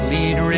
Lead